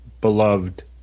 beloved